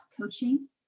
coaching